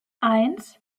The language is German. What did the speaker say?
eins